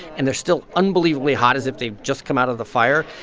and they're still unbelievably hot as if they've just come out of the fire.